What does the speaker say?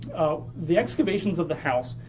ah the excavations of the house,